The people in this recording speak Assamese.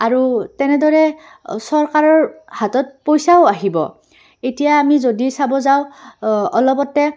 আৰু তেনেদৰে চৰকাৰৰ হাতত পইচাও আহিব এতিয়া আমি যদি চাব যাওঁ অলপতে